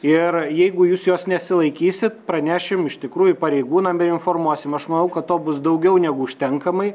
ir jeigu jūs jos nesilaikysit pranešim iš tikrųjų pareigūnam ir informuosim aš manau kad to bus daugiau negu užtenkamai